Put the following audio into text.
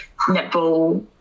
netball